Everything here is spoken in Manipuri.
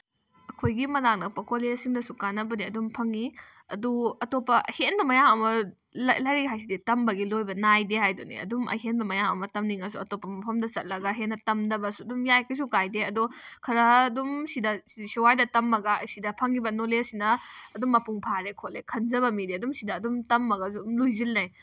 ꯑꯩꯈꯣꯏꯒꯤ ꯃꯅꯥꯛ ꯅꯛꯄ ꯀꯣꯂꯦꯖꯁꯤꯡꯗꯁꯨ ꯀꯥꯟꯅꯕꯗꯤ ꯑꯗꯨꯝ ꯐꯪꯉꯤ ꯑꯗꯨ ꯑꯇꯣꯞꯄ ꯑꯍꯦꯟꯕ ꯃꯌꯥꯝ ꯑꯃ ꯂꯥꯏꯔꯤꯛ ꯍꯥꯏꯁꯤꯗꯤ ꯇꯝꯕꯒꯤ ꯂꯣꯏꯕ ꯅꯥꯏꯗꯦ ꯍꯥꯏꯗꯨꯅꯤ ꯑꯗꯨꯝ ꯑꯍꯦꯟꯕ ꯃꯌꯥꯝ ꯑꯃ ꯇꯝꯅꯤꯡꯂꯁꯨ ꯑꯇꯣꯞꯄ ꯃꯐꯝꯗ ꯆꯠꯂꯒ ꯍꯦꯟꯅ ꯇꯝꯊꯕꯁꯨ ꯑꯗꯨꯝ ꯌꯥꯏ ꯀꯔꯤꯁꯨ ꯀꯥꯏꯗꯦ ꯑꯗꯣ ꯈꯔ ꯑꯗꯨꯝ ꯁꯤꯗ ꯁ꯭ꯋꯥꯏꯗ ꯇꯝꯂꯒ ꯁꯤꯗ ꯐꯪꯂꯤꯕ ꯅꯣꯂꯦꯖꯁꯤꯅ ꯑꯗꯨꯝ ꯃꯄꯨꯡ ꯐꯥꯔꯦ ꯈꯣꯠꯂꯦ ꯈꯅꯖꯕ ꯃꯤꯗꯤ ꯑꯗꯨꯝ ꯁꯤꯗ ꯑꯗꯨꯝ ꯇꯝꯂꯒꯁꯨ ꯑꯗꯨꯝ ꯂꯣꯏꯁꯤꯜꯂꯦ